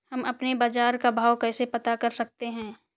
हम अपने बाजार का भाव कैसे पता कर सकते है?